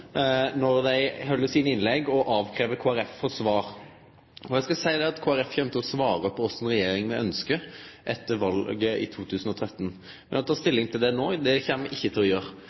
når dei held sine innlegg, og krev svar frå Kristeleg Folkeparti. Eg kan seie at Kristeleg Folkeparti kjem til å svare på kva slags regjering me ønskjer etter valet i 2013, men å ta stilling til det no kjem me ikkje til å gjere.